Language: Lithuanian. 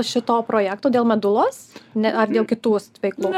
šito projekto dėl medulos ne ar dėl kitų s veiklų